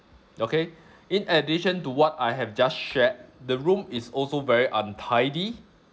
okay in addition to what I have just shared the room is also very untidy